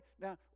Now